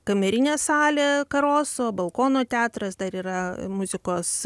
kamerinė salė karoso balkono teatras dar yra muzikos